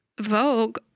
Vogue